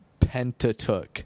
Pentatook